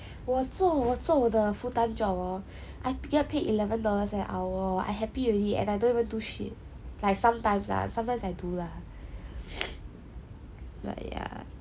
我做我做的 full time hor I get paid eleven dollars an hour I happy already and I don't even do shit like sometimes ah sometimes I do lah but ya